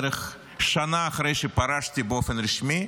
בערך שנה אחרי שפרשתי באופן רשמי.